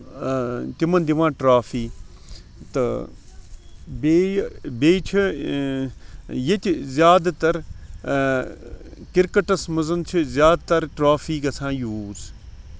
تِمن دِوان ٹرافی تہٕ بیٚیہِ بیٚیہِ چھِ ییٚتہِ زیادٕ تر کِرکَٹس منٛز چھِ زیادٕ تر ٹرافی گژھان یوٗز